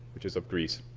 which is of greece,